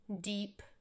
deep